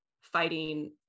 fighting